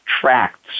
tracts